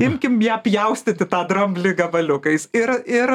imkim ją pjaustyti tą dramblį gabaliukais ir ir